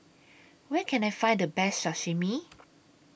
Where Can I Find The Best Sashimi